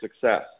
success